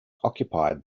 occupied